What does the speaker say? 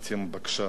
משפט אחד.